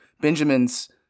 benjamin's